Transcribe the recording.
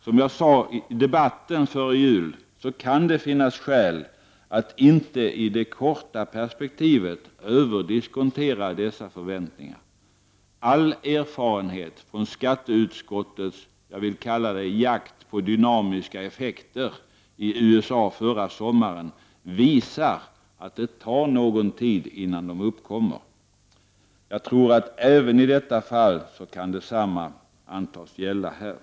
Som jag sade i debatten före jul kan det finnas skäl att inte i det korta perspektivet överdiskontera dessa förväntningar. All erfarenhet från skatteutskottets ”jakt på dynamiska effekter” i USA förra sommaren visar att det tar någon tid innan de uppkommer. Detsamma kan i detta fall antas gälla här.